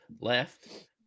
left